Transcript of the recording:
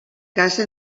casa